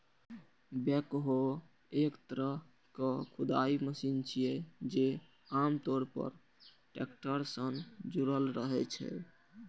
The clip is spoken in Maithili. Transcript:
बैकहो एक तरहक खुदाइ मशीन छियै, जे आम तौर पर टैक्टर सं जुड़ल रहै छै